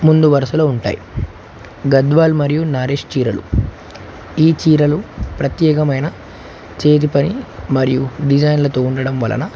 ముందు వరుసలో ఉంటాయి గద్వాల్ మరియు నారిష్ చీరలు ఈ చీరలు ప్రత్యేకమైన చేతి పని మరియు డిజైన్లతో ఉండడం వలన